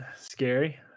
scary